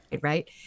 right